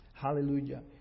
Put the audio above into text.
hallelujah